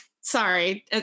Sorry